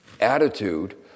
attitude